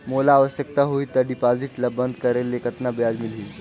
मोला आवश्यकता होही त डिपॉजिट ल बंद करे ले कतना ब्याज मिलही?